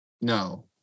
No